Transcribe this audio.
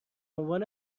عنوان